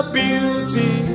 beauty